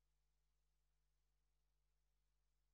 התשפ"ב, התשפ"ב, 28 בפברואר 2022, בשעה 16:00.